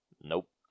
Nope